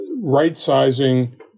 right-sizing